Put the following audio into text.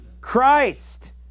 Christ